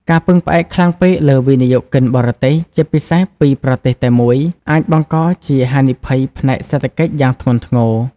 ការពឹងផ្អែកខ្លាំងពេកលើវិនិយោគិនបរទេស ជាពិសេសពីប្រទេសតែមួយ អាចបង្កជាហានិភ័យផ្នែកសេដ្ឋកិច្ចយ៉ាងធ្ងន់ធ្ងរ។